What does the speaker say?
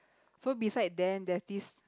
so beside them there's this